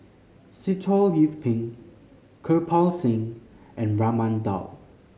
Sitoh Yih Pin Kirpal Singh and Raman Daud